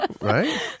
right